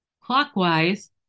clockwise